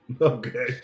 okay